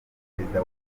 perezida